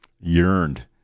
yearned